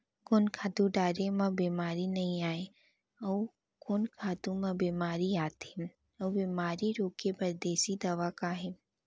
कोन खातू डारे म बेमारी नई आये, अऊ कोन खातू म बेमारी आथे अऊ बेमारी रोके बर देसी दवा का हे?